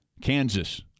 Kansas